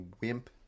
wimp